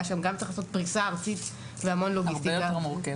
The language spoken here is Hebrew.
היה שם גם צריך לעשות פריסה ארצית והמון לוגיסטיקה עוד יותר מורכבת.